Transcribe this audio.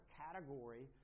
category